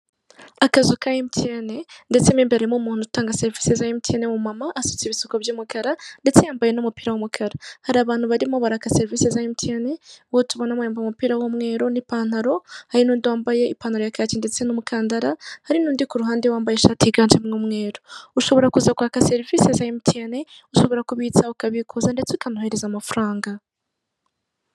Akazu ka MTN ndetse mw'imbere harimo umuntu utanga serivise za MTN w'umu mama asutse ibisuko by'umukara ndetse yambaye nu mupira w'umukara. Hari abantu barimo baraka serivise za MTN,uwo tubonamo yambaye umupira w'umweru n'ipantaro, hari n'undi yambaye ipantaro yakacyi ndetse n'umukandara, hari n'undi yambaye ishati yiganjemo umweru ushobora kuza kwaka serivise za MTN ushobora kubitsa, ukabikuza, ukanohereza amafaranga.